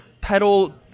pedal